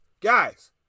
guys